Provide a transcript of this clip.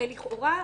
הרי לכאורה,